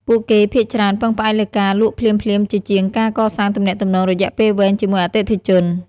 ពួកគេភាគច្រើនពឹងផ្អែកលើការលក់ភ្លាមៗជាជាងការកសាងទំនាក់ទំនងរយៈពេលវែងជាមួយអតិថិជន។